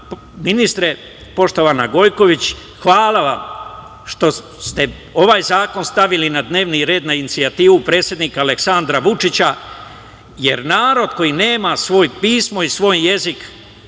ministre, poštovana Gojković, hvala vam što ste ovaj zakon stavili na dnevni red na inicijativu predsednika Aleksandra Vučića, jer narod koji nema svoje pismo i svoj jezik